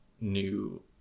new